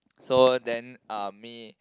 so then uh me